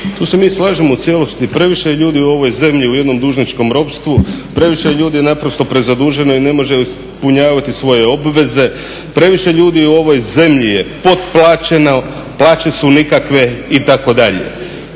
Tu se mi slažemo u cijelosti. Previše je ljudi u ovoj zemlji u jednom dužničkom ropstvu, previše je ljudi prezaduženo i ne mogu ispunjavati svoje obveze, previše ljudi u ovoj zemlji je potplaćeno, plaće su nikakve itd.